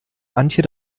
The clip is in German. antje